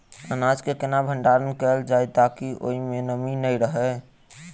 अनाज केँ केना भण्डारण कैल जाए ताकि ओई मै नमी नै रहै?